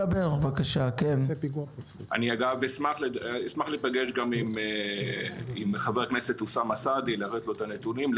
אני אשמח להיפגש עם חבר הכנסת אוסאמה סעדי להראות לו את הנתונים.